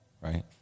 right